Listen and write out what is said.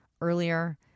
earlier